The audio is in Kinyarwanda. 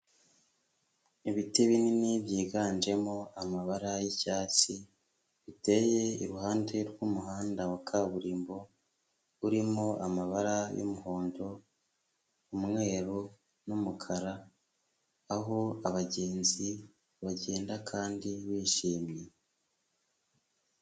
Ibiti binini byiganjemo amabara y'icyatsi, biteye iruhande rw'umuhanda wa kaburimbo, urimo amabara y'umuhondo, umweru n'umukara, aho abagenzi bagenda kandi bishimye.